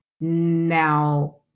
Now